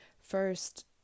first